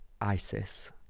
Isis